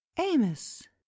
Amos